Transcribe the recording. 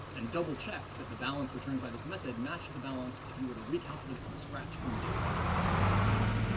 and double check that the balance returned by the method matched the balance if you were to recalculate it from scratch from the database with a whole different path.